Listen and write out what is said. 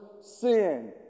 sin